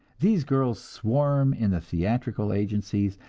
these girls swarm in the theatrical agencies,